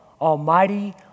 almighty